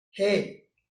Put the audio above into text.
hey